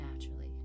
naturally